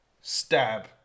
stab